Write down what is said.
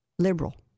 liberal